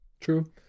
True